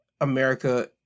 America